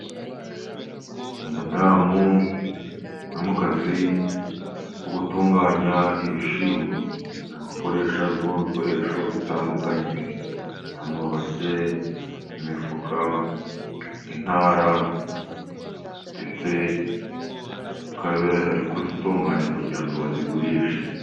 Umudamu uri mu kazi ko gutunganya ibishyimbo. Ari gukoresha bimwe mu bikoresho bitandukanye. Amabase, imifuka, intara ndetse akaba ari kubitunganya kugira ngo babigurishe.